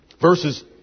verses